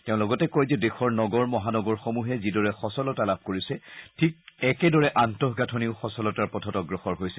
তেওঁ লগতে কয় যে দেশৰ নগৰ মহানগৰসমূহে যিদৰে সচলতা লাভ কৰিছে ঠিক একেদৰে আন্তঃগাঁথনিও সচলতাৰ পথত অগ্ৰসৰ হৈছে